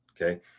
Okay